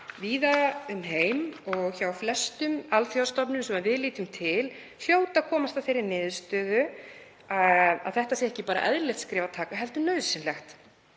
víða um heim og hjá flestum alþjóðastofnunum sem við lítum til, hljóta að komast að þeirri niðurstöðu að þetta sé ekki bara eðlilegt skref heldur nauðsynlegt.